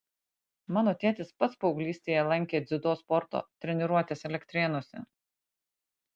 mano tėtis pats paauglystėje lankė dziudo sporto treniruotes elektrėnuose